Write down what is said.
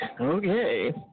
okay